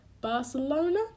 Barcelona